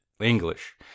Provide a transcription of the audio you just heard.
English